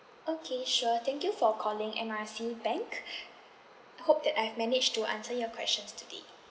okay sure thank you for calling M R C bank hope that I've managed to answer your questions today